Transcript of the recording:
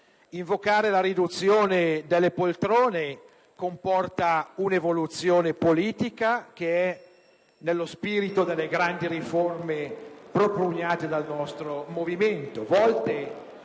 Invocare la riduzione delle poltrone comporta un'evoluzione politica che è nello spirito delle grandi riforme propugnate dal nostro movimento,